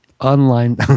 online